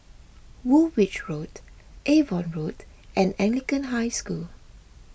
Woolwich Road Avon Road and Anglican High School